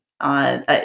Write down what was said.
on